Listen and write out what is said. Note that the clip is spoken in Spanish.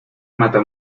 mata